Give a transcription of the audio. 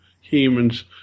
humans